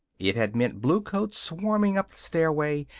it had meant bluecoats swarming up the stairway,